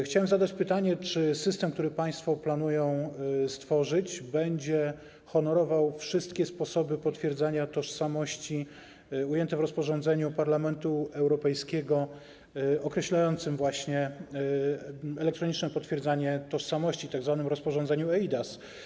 Chciałem zadać pytanie: Czy system, który państwo planują stworzyć, będzie honorował wszystkie sposoby potwierdzania tożsamości ujęte w rozporządzeniu Parlamentu Europejskiego określającym właśnie elektroniczne potwierdzanie tożsamości, tzw. rozporządzeniu eIDAS?